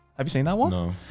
have you seen that one? no.